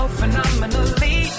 phenomenally